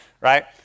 right